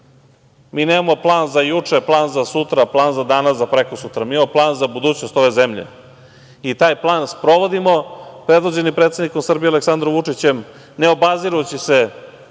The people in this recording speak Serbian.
nemamo plan za juče, plan za sutra, plan za danas, za prekosutra, mi imamo plan za budućnost ove zemlje i taj plan sprovodimo predvođeni predsednikom Srbije, Aleksandrom Vučićem ne obazirući se